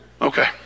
Okay